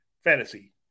fantasy